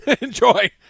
Enjoy